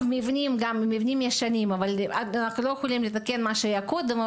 אנחנו לא יכולים לתקן מה שהיה קודם,